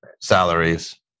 salaries